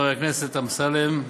חבר הכנסת אמסלם,